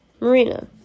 Marina